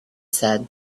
said